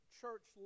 church